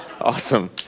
Awesome